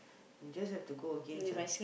you just have to go again ah